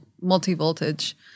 multi-voltage